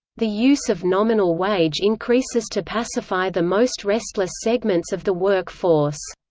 the use of nominal wage increases to pacify the most restless segments of the work force.